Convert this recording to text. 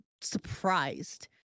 surprised